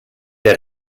der